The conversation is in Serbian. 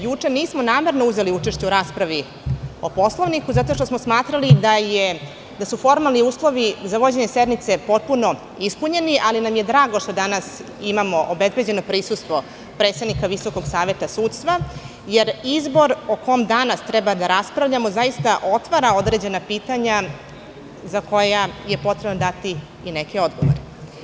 Juče namerno nismo uzeli učešće u raspravi o Poslovniku zato što smo smatrali da su formalni uslovi za vođenje sednice potpuno ispunjeni, ali nam je drago da imamo obezbeđeno prisustvo predsednika Visokog saveta sudstva, jer izbor o kome danas treba da raspravljamo otvara određena pitanja na koja je potrebno dati i neke odgovore.